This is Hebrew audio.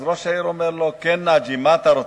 אז ראש העיר אומר לו: כן, נאג'י, מה אתה רוצה?